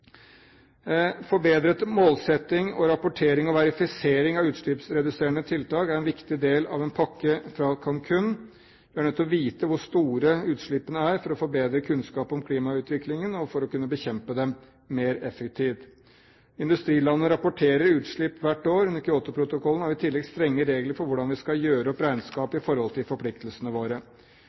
Forbedret måling, rapportering og verifisering av utslippsreduserende tiltak er en viktig del av en pakke fra Cancún. Vi er nødt til å vite hvor store utslippene er for å få bedre kunnskap om klimautviklingen og for å kunne bekjempe dem mer effektivt. Industrilandene rapporterer utslipp hvert år. Under Kyotoprotokollen har vi i tillegg strenge regler for hvordan vi skal gjøre opp regnskapet i forhold til forpliktelsene våre.